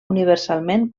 universalment